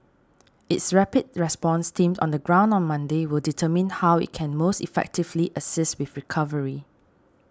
its rapid response team on the ground on Monday will determine how it can most effectively assist with recovery